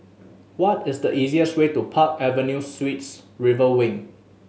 what is the easiest way to Park Avenue Suites River Wing